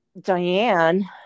Diane